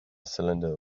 cylinder